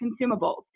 consumables